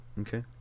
Okay